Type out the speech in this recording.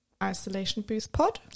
isolationboothpod